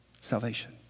salvation